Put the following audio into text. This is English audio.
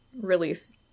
release